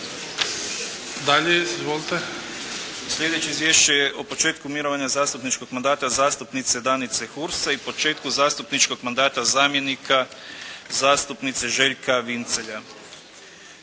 Damir (HDZ)** Slijedeće izvješće je o početku mirovanju zastupničkog mandata zastupnice Danice Hurse i početku zastupničkog mandata zamjenika zastupnice Željka Vincelja.